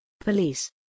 Police